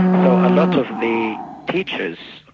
so a lot of the teachers,